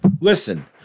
Listen